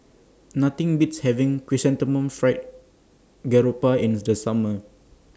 Nothing Beats having Chrysanthemum Fried Garoupa in The Just Summer